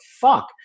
fuck